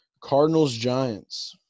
Cardinals-Giants